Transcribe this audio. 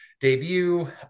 debut